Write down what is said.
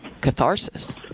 catharsis